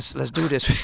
let's do this. or